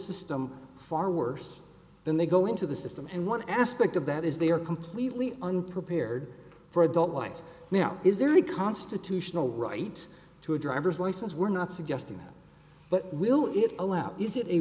system far worse than they go into the system and one aspect of that is they are completely unprepared for adult life now is there any constitutional right to a driver's license we're not suggesting that but will it allow